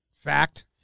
Fact